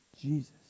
Jesus